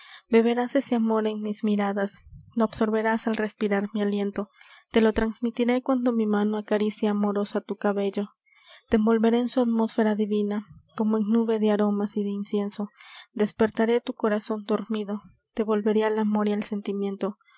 beberás ese amor en mis miradas lo absorberás al respirar mi aliento te lo trasmitiré cuando mi mano acaricie amorosa tu cabello te envolveré en su atmósfera divina como en nube de aromas y de incienso despertaré tu corazon dormido te volveré al amor y al sentimiento